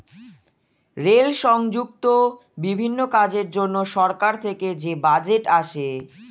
rail সংযুক্ত বিভিন্ন কাজের জন্য সরকার থেকে যে বাজেট আসে